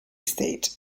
state